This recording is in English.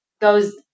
goes